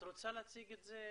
את רוצה להציג את זה?